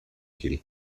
hill